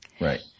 right